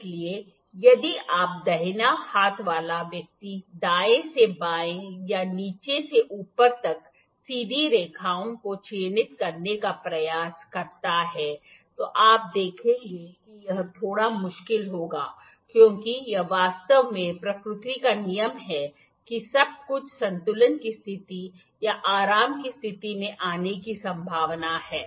इसलिए यदि आपका दाहिना हाथ वाला व्यक्ति दाएं से बाएं या नीचे से ऊपर तक सीधी रेखाओं को चिह्नित करने का प्रयास करता है तो आप देखेंगे कि यह थोड़ा मुश्किल होगा क्योंकि यह वास्तव में प्रकृति का नियम है कि सब कुछ संतुलन की स्थिति या आराम की स्थिति में आने की संभावना है